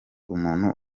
umuntu